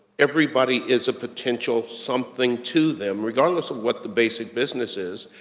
everybody is a potential something to them, regardless of what the basic business is,